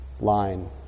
line